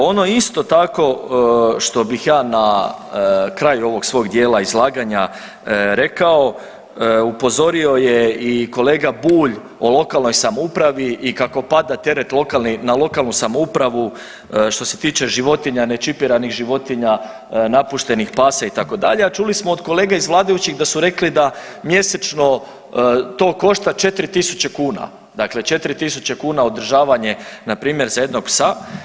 Ono isto tako što bih ja na kraju ovog svog dijela izlaganja rekao, upozorio je i kolega Bulj o lokalnoj samoupravi i kako pada teret na lokalnu samoupravu što se tiče životinja ne čipiranih životinja, napuštenih pasa itd., a čuli smo od kolega iz vladajućih da su rekli da mjesečno to košta 4.000 kuna, dakle 4.000 kuna na održavanje npr. za jednog psa.